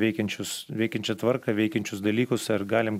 veikiančius veikiančią tvarką veikiančius dalykus ar galim